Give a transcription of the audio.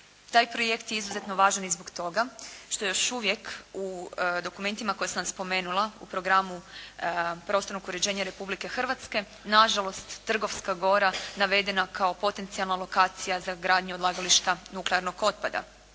Taj projekt je izuzetno važan i zbog toga što još uvijek u dokumentima koje sam spomenula, u Programu prostornog uređenja Republike Hrvatske nažalost Trgovska gora navedena kao potencijalna lokacija za gradnju odlagališta nuklearnog otpada.